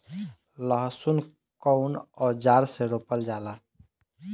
लहसुन कउन औजार से रोपल जाला?